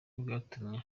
bwatumye